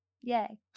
Yay